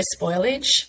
spoilage